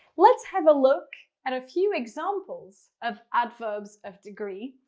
let's have a look at a few examples of adverbs of degree.